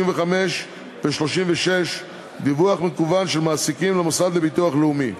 35 ו-36 (דיווח מקוון של מעסיקים למוסד לביטוח לאומי).